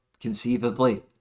conceivably